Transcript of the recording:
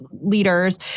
leaders